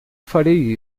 farei